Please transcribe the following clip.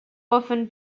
often